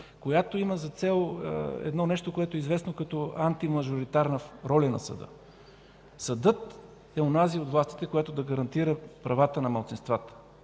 която има за цел едно нещо, което е известно като антимажоритарна роля на съда. Съдът е онази от властите, която да гарантира правата на малцинствата